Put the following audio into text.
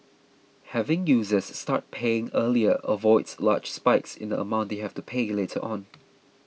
having users start paying earlier avoids large spikes in the amount they have to pay later on